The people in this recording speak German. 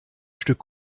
stück